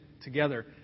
together